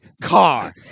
car